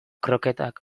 kroketak